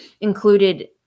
included